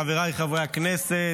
חבריי חברי הכנסת,